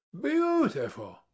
Beautiful